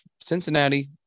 Cincinnati